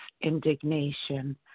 indignation